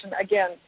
again